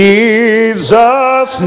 Jesus